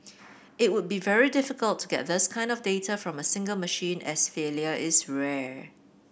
it would be very difficult to get this kind of data from a single machine as failure is rare